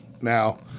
Now